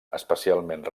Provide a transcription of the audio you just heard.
especialment